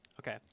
Okay